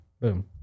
boom